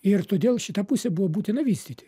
ir todėl šita pusė buvo būtina vystyti